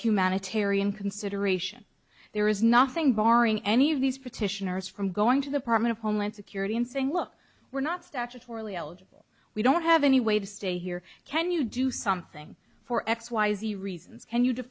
humanitarian consideration there is nothing barring any of these petitioners from going to the partner of homeland security and saying look we're not statutorily eligible we don't have any way to stay here can you do something for x y z reasons and you